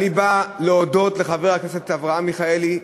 אני בא להודות לחבר הכנסת אברהם מיכאלי,